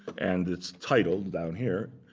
and it's titled down here,